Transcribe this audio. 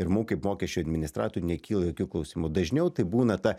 ir mum kaip mokesčių administratoriui nekyla jokių klausimų dažniau tai būna ta